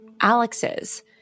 Alex's